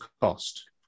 cost